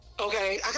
Okay